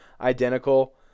identical